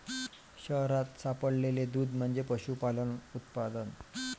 शहरात सापडलेले दूध म्हणजे पशुपालन उत्पादन